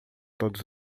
todos